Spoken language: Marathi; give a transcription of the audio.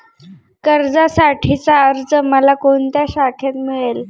कर्जासाठीचा अर्ज मला कोणत्या शाखेत मिळेल?